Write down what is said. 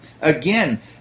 Again